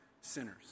sinners